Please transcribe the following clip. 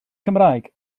cymraeg